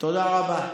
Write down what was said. תודה רבה.